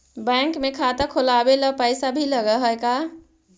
Bank में खाता खोलाबे ल पैसा भी लग है का?